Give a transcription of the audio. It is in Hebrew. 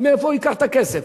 מאיפה הוא ייקח את הכסף?